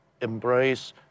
embrace